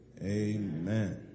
amen